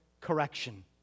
correction